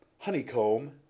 Honeycomb